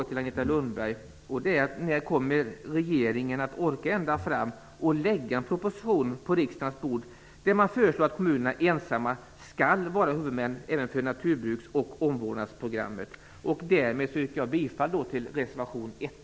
Lundberg: När kommer regeringen att orka ända fram och lägga en proposition på riksdagens bord där man föreslår att kommunerna ensamma skall vara huvudmän, även för naturbruks och omvårdnadsprogrammen? Därmed yrkar jag bifall till reservation 1.